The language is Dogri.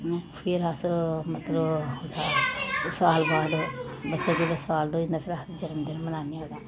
ऐं फिर अस मतलब ओह्दा साल बाद बच्चा जेल्लै साल दा होई जंदा फिर अस जनमदिन मनान्ने आं ओह्दा